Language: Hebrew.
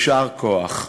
יישר כוח.